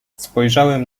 spojrzałem